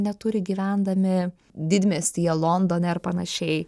neturi gyvendami didmiestyje londone ar panašiai